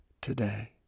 today